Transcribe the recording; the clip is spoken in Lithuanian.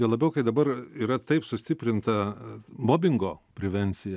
juo labiau kai dabar yra taip sustiprinta mobingo prevencija